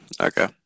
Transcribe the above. okay